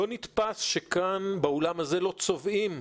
לא נתפס שכאן, על האולם הזה, לא צובאים